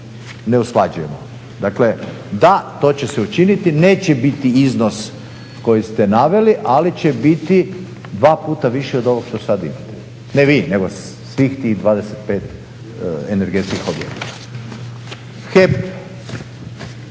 ne usklađujemo. Dakle, da to će se učiniti. Neće biti iznos koji ste naveli, ali će biti dva puta viši od ovog što sad imate. Ne vi, nego svih tih 25 energetskih objekata. HEP